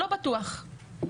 לא בטוח.